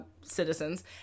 citizens